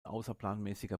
außerplanmäßiger